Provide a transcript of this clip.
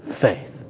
faith